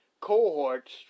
cohorts